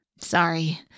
Sorry